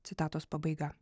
citatos pabaiga